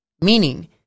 meaning